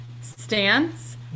stance